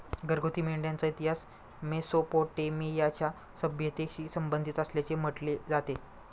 घरगुती मेंढ्यांचा इतिहास मेसोपोटेमियाच्या सभ्यतेशी संबंधित असल्याचे म्हटले जाते